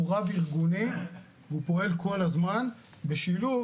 הוא רב-ארגוני והוא פועל כל הזמן בשילוב